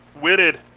Witted